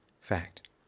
fact